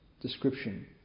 description